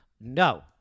No